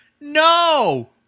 No